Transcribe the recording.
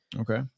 okay